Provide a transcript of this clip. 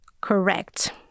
Correct